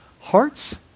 hearts